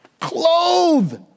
clothed